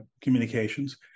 communications